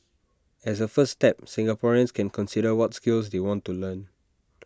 as A first step Singaporeans can consider what skills they want to learn